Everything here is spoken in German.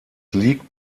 liegt